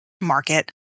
market